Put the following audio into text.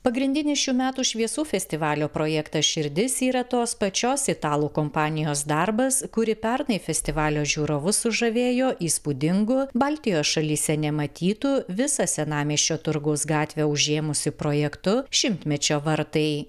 pagrindinis šių metų šviesų festivalio projektas širdis yra tos pačios italų kompanijos darbas kuri pernai festivalio žiūrovus sužavėjo įspūdingu baltijos šalyse nematytu visą senamiesčio turgaus gatvę užėmusi projektu šimtmečio vartai